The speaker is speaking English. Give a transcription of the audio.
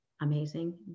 amazing